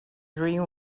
dream